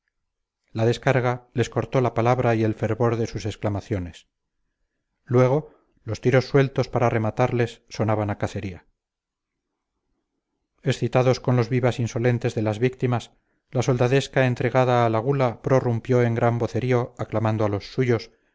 la descarga les cortó la palabra y el fervor de sus exclamaciones luego los tiros sueltos para rematarles sonaban a cacería excitados con los vivas insolentes de las víctimas la soldadesca entregada a la gula prorrumpió en gran vocerío aclamando a los suyos